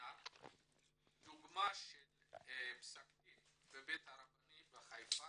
ציינה דוגמה של פסק דין בבית הדין הרבני בחיפה,